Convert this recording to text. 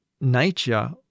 nature